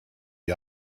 the